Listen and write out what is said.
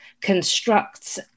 constructs